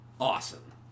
awesome